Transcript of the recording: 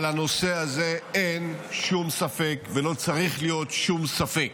על הנושא הזה אין שום ספק ולא צריך להיות שום ספק.